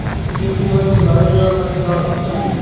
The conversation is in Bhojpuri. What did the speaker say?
खेत मे हल चलावेला का चाही?